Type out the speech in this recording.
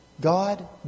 God